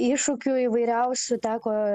iššūkių įvairiausių teko